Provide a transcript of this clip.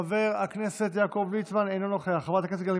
חבר הכנסת ינון אזולאי,